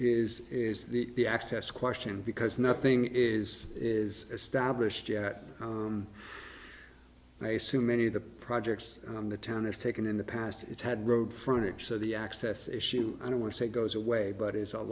is is the the access question because nothing is is established yet and i assume many of the projects on the town is taken in the past it's had road furniture so the access issue i don't want to say goes away but is a